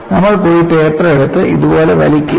നമ്മൾ പോയി പേപ്പർ എടുത്ത് ഇതുപോലെ വലിക്കില്ല